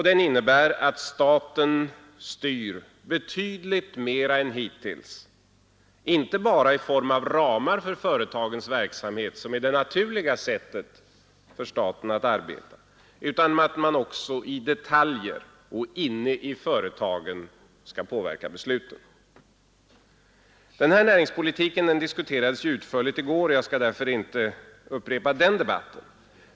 Den innebär att staten styr betydligt mer än hittills — inte bara i form av ramar för företagens verksamhet, som är det naturliga sättet för staten att arbeta, utan också i detaljer och inne i företagen. Denna näringspolitik diskuterades utförligt i går, och jag skall därför inte upprepa den debatten.